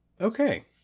Okay